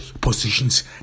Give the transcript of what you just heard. positions